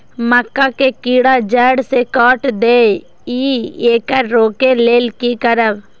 मक्का के कीरा जड़ से काट देय ईय येकर रोके लेल की करब?